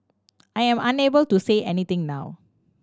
I am unable to say anything now